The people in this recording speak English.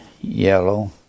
yellow